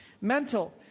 Mental